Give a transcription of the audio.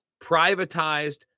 privatized